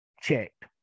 checked